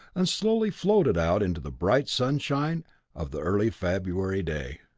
and slowly floated out into the bright sunshine of the early february day.